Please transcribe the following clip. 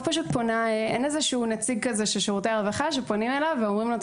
אין איזשהו נציג כזה של שירותי הרווחה שפונים אליו ואומרים לו,